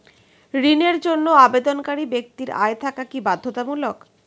ঋণের জন্য আবেদনকারী ব্যক্তি আয় থাকা কি বাধ্যতামূলক?